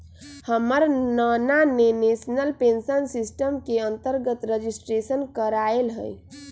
हमर नना ने नेशनल पेंशन सिस्टम के अंतर्गत रजिस्ट्रेशन करायल हइ